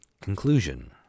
Conclusion